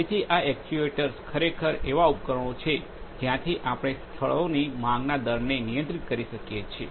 તેથી આ એક્ટ્યુએટર્સ ખરેખર એવા ઉપકરણો છે જ્યાંથી આપણે સ્થળોની માંગના દરને નિયંત્રિત કરી શકીએ છીએ